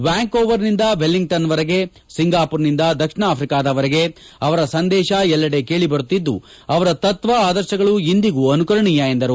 ವ್ಯಾಂಕ್ ಓವರ್ನಿಂದ ವೆಲ್ಲಿಂಗ್ಟನ್ವರೆಗೆ ಸಿಂಗಾಮರ್ನಿಂದ ದಕ್ಷಿಣ ಆಫ್ರಿಕಾದವರೆಗೆ ಅವರ ಸಂದೇಶ ಎಲ್ಲೆಡೆ ಕೇಳಿಬರುತ್ತಿದ್ದು ಅವರ ತತ್ವ ಆದರ್ಶಗಳು ಇಂದಿಗೂ ಅನುಕರಣೀಯ ಎಂದರು